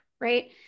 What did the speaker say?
right